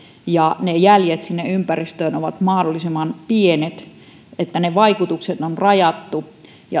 ja jäljet ympäristöön ovat mahdollisimman pienet ja ne vaikutukset on rajattu